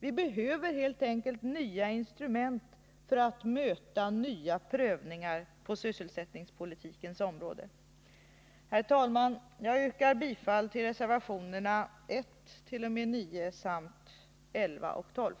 Vi behöver helt nya instrument för att möta nya prövningar på sysselsättningspolitikens område. Herr talman! Jag yrkar bifall till reservationerna 1-9 samt 11 och 12.